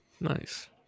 Nice